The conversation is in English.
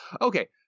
Okay